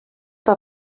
bod